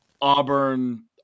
Auburn